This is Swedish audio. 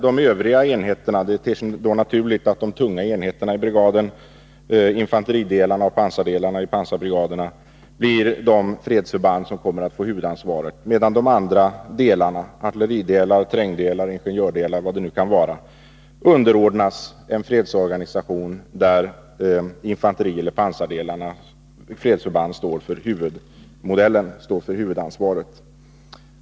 Det ter sig då naturligt att de tunga enheterna i brigaden — infanteridelarna och pansardelarna i pansarbrigaderna — blir de fredsförband som kommer att ha huvudansvaret, medan de andra delarna — artilleridelar, trängdelar, ingenjörsdelar och vad det nu kan vara — underordnas en fredsorganisation där infanterieller pansardelarna, fredsförbanden, står för huvudansvaret.